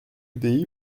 udi